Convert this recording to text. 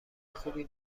خوبی